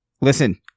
listen